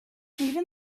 even